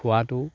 খোৱাটো